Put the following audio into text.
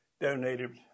donated